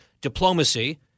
diplomacy